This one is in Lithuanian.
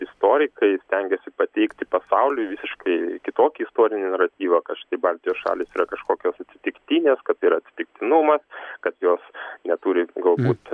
istorikai stengiasi pateikti pasauliui visiškai kitokį istorinį naratyvą kad štai baltijos šalys yra kažkokios atsitiktinės kad tai yra atsitiktinumas kad jos neturi galbūt